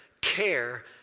care